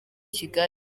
kigali